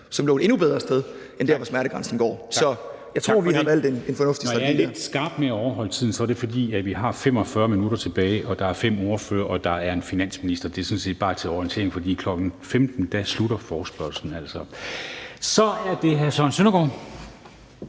som lå et endnu bedre sted end der, hvor smertegrænsen går. Så jeg tror, vi har valgt en fornuftig strategi der. Kl. 14:14 Formanden (Henrik Dam Kristensen): Tak! Når jeg er lidt skarp i forhold til at overholde tiden, er det, fordi vi har 45 minutter tilbage, og der er fem ordførere og en finansminister i talerrækken. Det er sådan set bare til orientering, for kl. 15.00 slutter forespørgslen altså. Så er det hr. Søren Søndergaard.